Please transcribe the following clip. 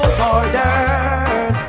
borders